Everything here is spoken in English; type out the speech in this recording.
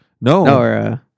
No